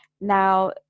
now